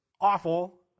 awful